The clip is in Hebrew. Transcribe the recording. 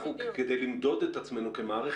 כדי למדוד את עצמנו כמערכת,